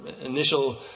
initial